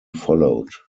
followed